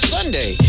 Sunday